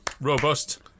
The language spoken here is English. Robust